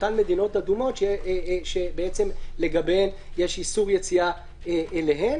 אותן מדינות אדומות שיש איסור יציאה אליהן.